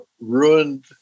ruined